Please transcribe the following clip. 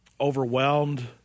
overwhelmed